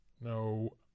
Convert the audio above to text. no